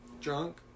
drunk